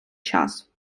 час